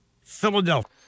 Philadelphia